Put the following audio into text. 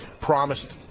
promised